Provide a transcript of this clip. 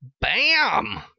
Bam